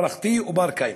מערכתי ובר-קיימא,